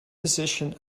position